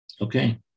okay